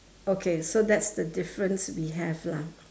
okay so that's the difference we have lah